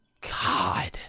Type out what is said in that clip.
God